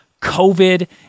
COVID